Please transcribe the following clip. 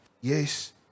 yes